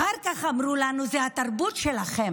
אחר כך אמרו לנו: זו התרבות שלכם,